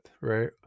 right